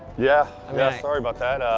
yeah, um yeah, sorry about that.